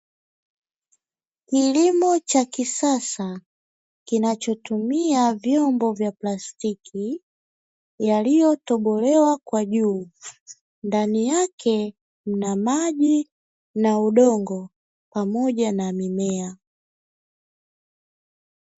Kilimo cha kisasa kinachotumia vyombo vya plastiki yaliyotobolewa kwa juu ndani yake kuna maji na udongo pamoja na mimea